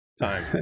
Time